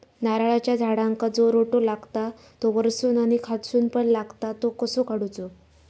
नारळाच्या झाडांका जो रोटो लागता तो वर्सून आणि खालसून पण लागता तो कसो काडूचो?